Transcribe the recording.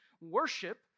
worship